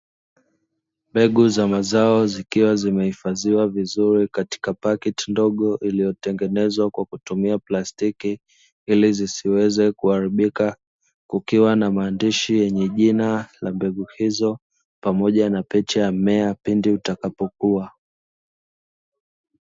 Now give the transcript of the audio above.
Mbegu za mazao zikiwa zimehifadhiwa vizuri katika pakiti ndogo, iliyotengenezwa kwa kutumia plastiki, ili zisiweze kuharibika kukiwa na maandishi yenye jina la mbegu hizo pamoja na picha ya mmea pindi utakapokuwa.